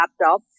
laptop